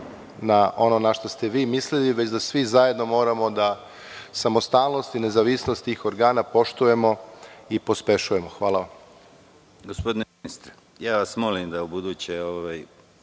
na ono na šta ste vi mislili već da svi zajedno moramo da samostalnost i nezavisnost tih organa poštujemo i pospešujemo. Hvala vam.